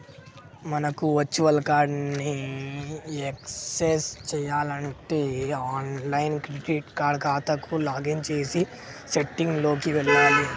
మనకు virtual card ని access చేయాలంటే ఆన్లైన్ క్రెడిట్ కార్డ్ ఖాతాకు లాగిన్ చేసి సెట్టింగ్ లోకి వెళ్లాలి